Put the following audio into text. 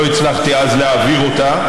לא הצלחתי אז להעביר אותה,